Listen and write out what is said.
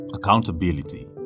accountability